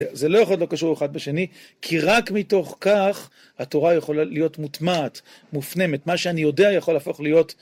זה לא יכול להיות לא קשור אחד בשני, כי רק מתוך כך התורה יכולה להיות מוטמעת, מופנמת, מה שאני יודע יכול להפוך להיות